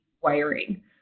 wiring